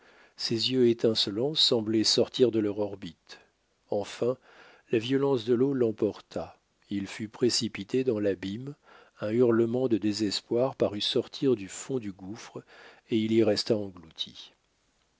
ses yeux étincelants semblaient sortir de leur orbite enfin la violence de l'eau l'emporta il fut précipité dans l'abîme un hurlement de désespoir parut sortir du fond du gouffre et il y resta englouti